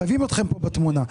חייבים אתכם פה בתמונה.